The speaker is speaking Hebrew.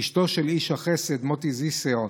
אשתו של איש החסד מוטי זיסר,